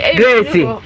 gracie